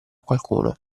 qualcuno